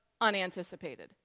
unanticipated